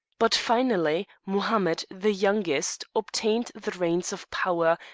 but finally, mohammed, the youngest, obtained the reins of power,